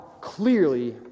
clearly